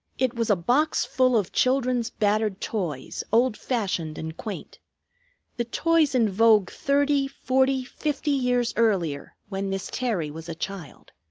it was a box full of children's battered toys, old-fashioned and quaint the toys in vogue thirty forty fifty years earlier, when miss terry was a child.